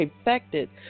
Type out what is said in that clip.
affected